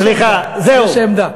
סליחה, זהו.